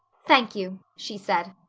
thank you, she said.